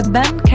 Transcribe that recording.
Ben